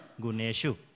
Guneshu